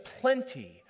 plenty